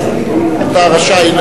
אבל אתה רשאי,